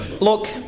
look